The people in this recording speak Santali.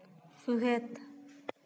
ᱥᱩᱦᱮᱫ